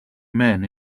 men